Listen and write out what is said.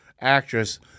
actress